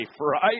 right